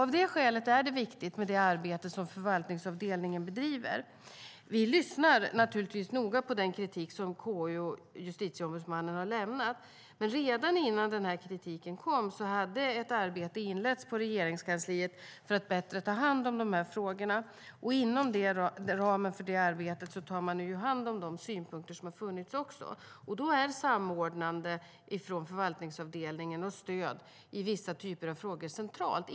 Av detta skäl är det viktigt med det arbete som förvaltningsavdelningen bedriver. Vi lyssnar naturligtvis noga på den kritik som KU och Justitieombudsmannen har lämnat. Men redan innan denna kritik kom hade ett arbete inletts i Regeringskansliet för att man bättre ska ta hand om dessa frågor. Inom ramen för detta arbete tar man också hand om de synpunkter som har funnits. Då är samordnande från förvaltningsavdelningen och stöd i vissa typer av frågor centralt.